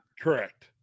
Correct